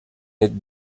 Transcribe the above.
n’êtes